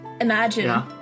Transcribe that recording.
Imagine